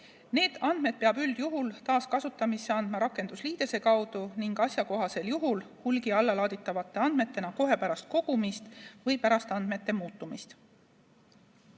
Need andmed peab üldjuhul taaskasutamisse andma rakendusliidese kaudu ning asjakohasel juhul hulgi allalaaditavate andmetena kohe pärast kogumist või pärast andmete muutumist.